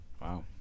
Wow